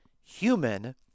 human